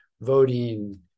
voting